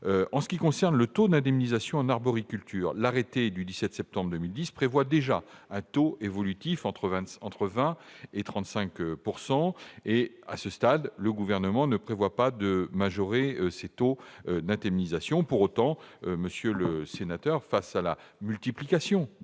En ce qui concerne le taux d'indemnisation en arboriculture, l'arrêté du 17 septembre 2010 prévoit déjà un taux évolutif, compris entre 20 % et 35 %. À ce stade, le Gouvernement n'envisage pas de majorer ce taux. Pour autant, monsieur le sénateur, face à la multiplication